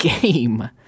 game